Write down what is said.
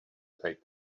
take